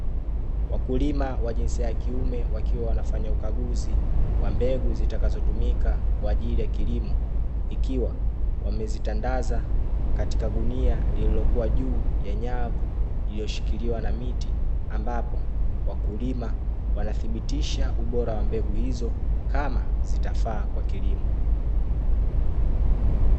Wakulima wa jinsia ya kiume wakiwa wanafanya ukaguzi wa mbegu zitakazotumika kwa ajili ya kilimo, ikiwa wamezitandaza katika gunia lililokuwa juu ya nyavu iliyoshikiliwa na miti, ambapo wakulima wanathibitisha ubora wa mbegu hizo, kama zitafaa kwa kilimo.